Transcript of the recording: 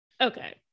Okay